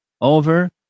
over